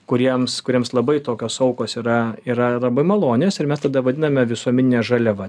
kuriems kuriems labai tokios aukos yra yra labai malonios ir mes tada vadiname visuomenine žaliava